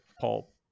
paul